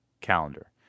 calendar